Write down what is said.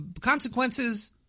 consequences